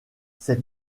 ces